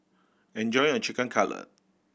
enjoy your Chicken Cutlet